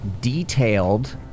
detailed